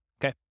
Okay